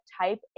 type